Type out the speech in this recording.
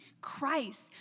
Christ